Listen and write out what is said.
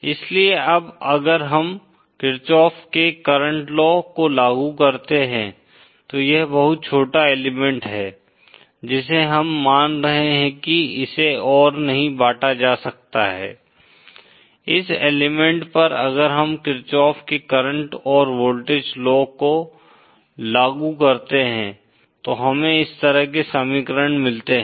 इसलिए अब अगर हम किरचॉफ के करंट लॉ को लागू करते हैं तो यह बहुत छोटा एलिमेंट है जिसे हम मान रहे हैं कि इसे और नहीं बांटा जा सकता है इस एलिमेंट पर अगर हम किरचॉफ के करंट और वोल्टेज लॉ को लागू करते हैं तो हमें इस तरह के समीकरण मिलते हैं